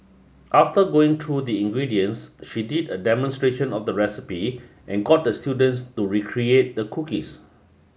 after going true the ingredients she did a demonstration of the recipe and got the students to recreate the cookies